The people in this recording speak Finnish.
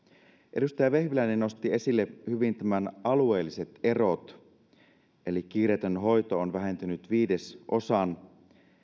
edustaja vehviläinen nosti hyvin esille nämä alueelliset erot kiireetön hoito on vähentynyt viidesosan